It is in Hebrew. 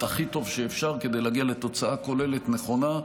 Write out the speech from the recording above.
הכי טוב שאפשר כדי להגיע לתוצאה כוללת ונכונה,